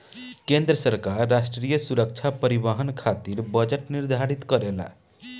केंद्र सरकार राष्ट्रीय सुरक्षा परिवहन खातिर बजट निर्धारित करेला